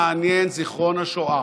אותי מעניין זיכרון השואה,